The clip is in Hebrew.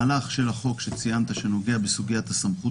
מהלך של החוק שציינת שנוגע לסוגיית הסמכות